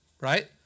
right